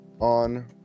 on